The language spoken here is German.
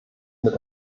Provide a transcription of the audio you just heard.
mit